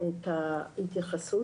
עתיר תשתיות וזיהום אוויר.